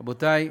רבותי,